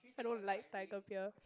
I don't like Tiger beer